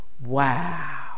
wow